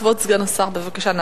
כבוד סגן השר, בבקשה.